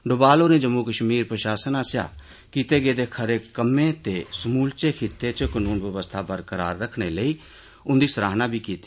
डोमाल होरें जम्मू कश्मीर प्रशासन आसेआ कीते गेदे खरे कम्में ते समूलचे खित्ते च कानून बवस्था बरकरार रक्खने लेई उंदी सराह्ना बी कीती